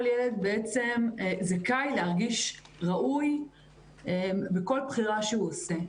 כל ילד זכאי להרגיש ראוי בכל בחירה שהוא עושה.